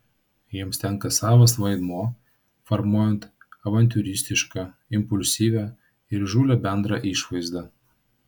jiems tenka savas vaidmuo formuojant avantiūristišką impulsyvią ir įžūlią bendrą išvaizdą